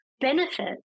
benefit